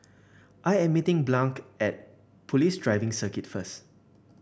I am meeting at Police Driving Circuit first